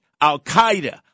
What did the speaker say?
Al-Qaeda